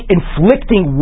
inflicting